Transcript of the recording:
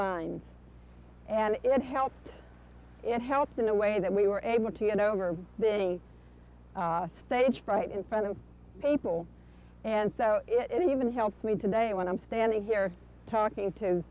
lines and it helps it helps in a way that we were able to get over the stage fright in front of people and so it even helps me today when i'm standing here talking to